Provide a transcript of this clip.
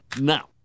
Now